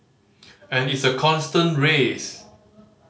and it's a constant race